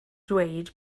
dweud